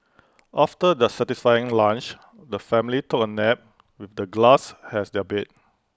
after their satisfying lunch the family took A nap with the grass as their bed